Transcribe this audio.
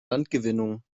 landgewinnung